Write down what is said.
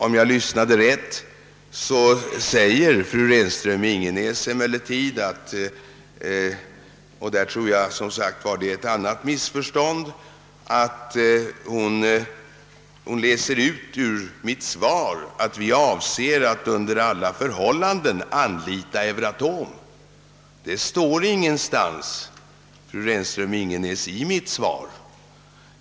Om jag hörde rätt sade fru Renström Ingenäs — och därvidlag tror jag att hon gör sig skyldig till ett annat missförstånd — att hon ur mitt svar utläste att vi under alla förhållanden avser att anlita Euratom. Detta står ingenstans i mitt svar, fru Renström-Ingenäs.